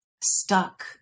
stuck